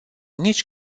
nici